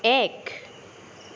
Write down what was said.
এক